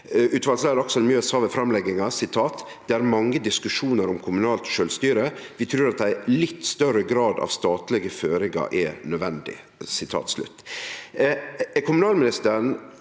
Utvalsleiar Aksel Mjøs sa ved framlegginga: «Det er mange diskusjoner om kommunalt selvstyre. Vi tror at en litt større grad av statlige føringer er nødvendig.»